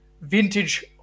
vintage